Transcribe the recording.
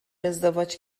ازدواج